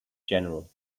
general